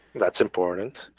that's important.